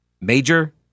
Major